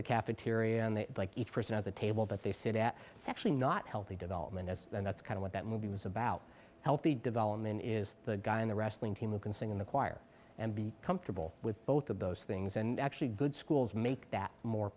the cafeteria and they like each person at the table that they sit at it's actually not healthy development as that's kind of what that movie was about healthy development is the guy in the wrestling team who can sing in the choir and be comfortable with both of those things and actually good schools make that more